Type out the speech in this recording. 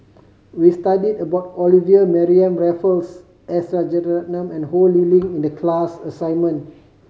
we studied about Olivia Mariamne Raffles S Rajaratnam and Ho Lee Ling in the class assignment